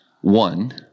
one